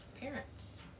parents